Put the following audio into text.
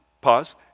Pause